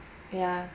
ya